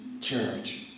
church